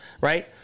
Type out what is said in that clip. right